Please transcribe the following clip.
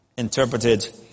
interpreted